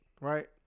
right